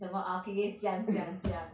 is about okay okay 讲讲讲